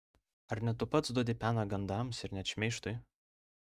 ar ne tu pats duodi peną gandams ir net šmeižtui